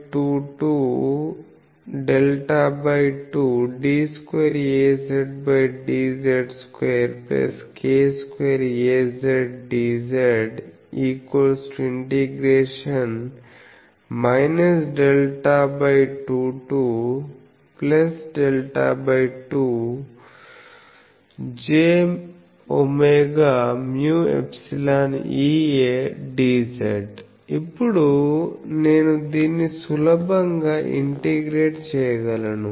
ഽ Δ2 to Δ2d2Azdz2k2Azdzഽ Δ2 to Δ2jwμ∊EAdzఇప్పుడు నేను దీన్ని సులభంగా ఇంటిగ్రేట్ చేయగలను